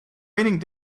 raining